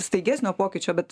staigesnio pokyčio bet